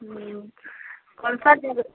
कौन सा जगह